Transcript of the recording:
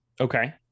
Okay